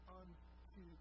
unto